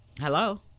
Hello